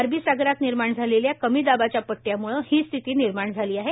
अरबी सागरात निर्माण झालेल्या कमी दाबाच्या पट्टामुळे ही स्थिती निर्माण झाली आहे